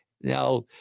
Now